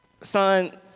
Son